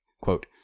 quote